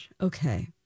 Okay